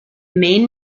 main